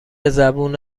زبون